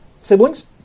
siblings